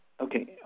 okay